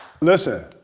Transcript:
Listen